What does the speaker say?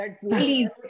Please